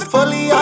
Fully